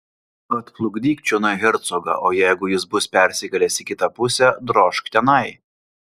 atplukdyk čionai hercogą o jeigu jis bus persikėlęs į kitą pusę drožk tenai